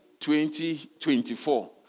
2024